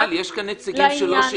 מיכל, יש כאן נציגים שלו.